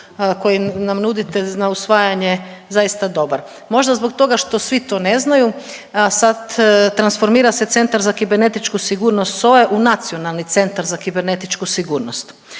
koji nam nudite na usvajanje zaista dobar. Možda zbog toga što svi to ne znaju, a sad transformira se Centar za kibernetičku sigurnost SOA-e u nacionali centar za kibernetičku sigurnost,